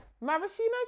Maraschino